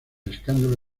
escándalo